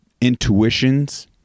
intuitions